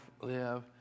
live